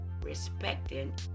respecting